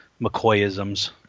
McCoyisms